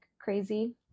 crazy